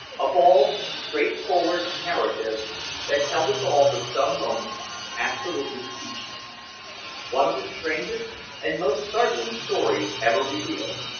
a bald, straightforward narrative that held us all for some moments absolutely speechless one of the strangest and most startling stories ever revealed.